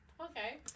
Okay